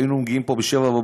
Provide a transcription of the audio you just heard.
היינו מגיעים לפה ב-07:00,